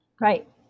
Right